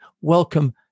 Welcome